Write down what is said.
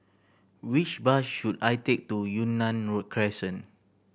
which bus should I take to Yunnan Road Crescent